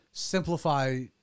Simplify